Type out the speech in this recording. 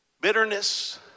bitterness